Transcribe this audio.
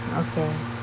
okay